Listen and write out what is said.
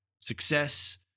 success